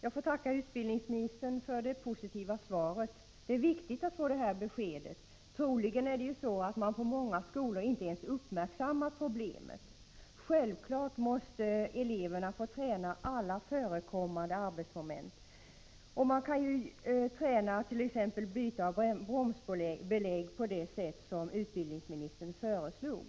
Jag får tacka utbildningsministern för det positiva svaret. Det är viktigt att få det här beskedet. Troligen är det så att man på många skolor inte ens uppmärksammat problemet. Eleverna måste självfallet få träna alla förekommande arbetsmoment. Man kan ju träna t.ex. byte av bromsbelägg på det sätt som utbildningsministern föreslog.